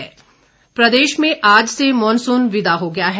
मौसम प्रदेश में आज से मॉनसून विदा हो गया है